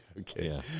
Okay